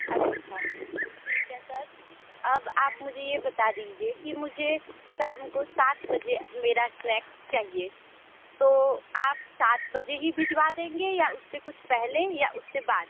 अच्छा ठीक है सर अब आप मुझे यह बता दीजिए की मुझे शाम को सात बजे मेरा स्नैक्स चाहिए तो आप सात बजे ही भिजवा देंगे या उससे कुछ पहले या उससे बाद